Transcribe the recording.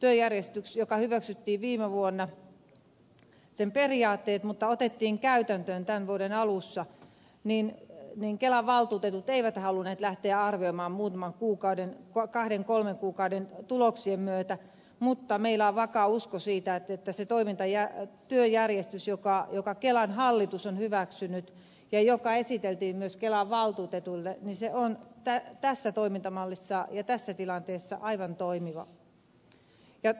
kun työjärjestyksen periaatteet hyväksyttiin viime vuonna mutta se otettiin käytäntöön tämän vuoden alussa niin kelan valtuutetut eivät halunneet lähteä arvioimaan kahden kolmen kuukauden tuloksien myötä mutta meillä on vakaa usko siitä että se toiminta ja työjärjestys jonka kelan hallitus on hyväksynyt ja joka esiteltiin myös kelan valtuutetuille on tässä toimintamallissa ja tässä tilanteessa aivan toimiva